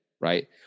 right